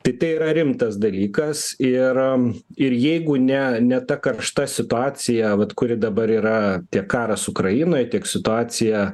tai tai yra rimtas dalykas ir ir jeigu ne ne ta karšta situacija vat kuri dabar yra tiek karas ukrainoj tiek situacija